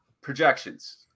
projections